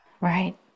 Right